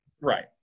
Right